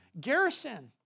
garrison